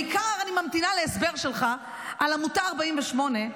בעיקר אני ממתינה להסבר שלך על עמותת 48,